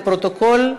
לפרוטוקול.